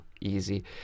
easy